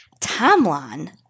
timeline